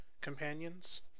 companions